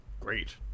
great